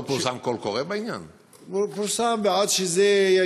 לא פורסם קול קורא בעניין?